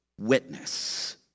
witness